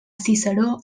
ciceró